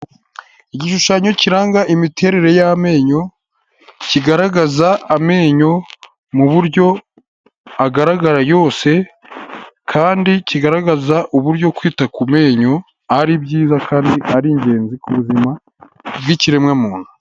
Igishushanyo kiranga imiterere y'amenyo, kigaragaza amenyo mu buryo agaragara yose kandi kigaragaza uburyo kwita ku menyo ari byiza kandi ari ingenzi ku buzima bw'ikiremwa muntu.